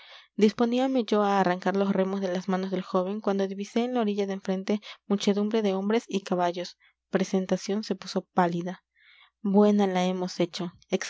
disponíame yo a arrancar los remos de las manos del joven cuando divisé en la orilla de enfrente muchedumbre de hombres y caballos presentación se puso pálida buena la hemos hecho